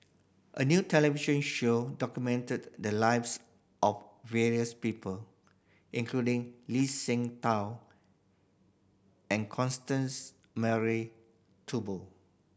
a new television show documented the lives of various people including Lee Seng Tao and Constance Mary Turnbull